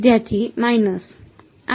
વિદ્યાર્થી માઈનસ